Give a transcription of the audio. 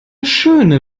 schöne